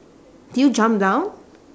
did you jump down